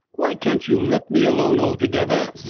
why can't you let me alone altogether?